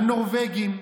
הנורבגים,